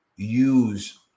use